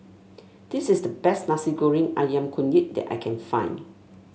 this is the best Nasi Goreng ayam kunyit that I can find